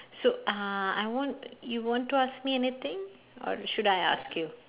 so uh I want you want to ask me anything or should I ask you